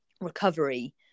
recovery